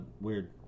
weird